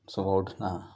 صبح اٹھنا